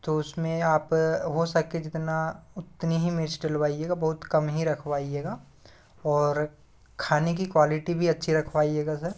तो उसमें आप हो सके जितना उतनी ही मिर्च डलवाइयेगा बहुत कम ही रखवाइयेगा और खाने की क्वालिटी भी अच्छी रखवायेगा सर